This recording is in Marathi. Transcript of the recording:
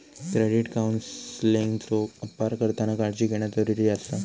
क्रेडिट काउन्सेलिंगचो अपार करताना काळजी घेणा जरुरी आसा